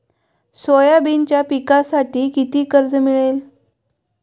सोयाबीनच्या पिकांसाठी किती कर्ज मिळेल?